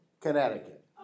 Connecticut